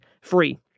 free